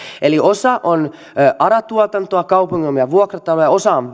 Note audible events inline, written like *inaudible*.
eli osa on ara tuotantoa kaupungin omia vuokrataloja osa on *unintelligible*